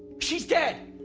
she's dead.